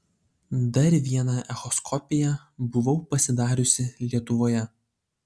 dar vieną echoskopiją buvau pasidariusi lietuvoje